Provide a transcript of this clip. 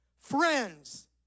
Friends